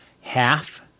half